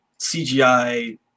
CGI